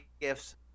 gifts